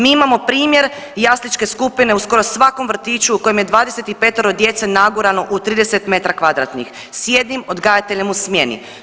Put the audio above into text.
Mi imamo primjer jasličke skupine u skoro svakom vrtiću u kojem je 25 djece nagurano u 30 metara kvadratnih s jednim odgajateljem u smjeni.